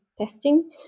testing